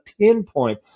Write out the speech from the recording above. pinpoint